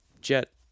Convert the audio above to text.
jet